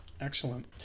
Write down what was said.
Excellent